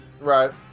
Right